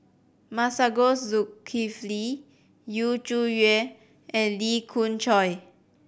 Masagos Zulkifli Yu Zhuye and Lee Khoon Choy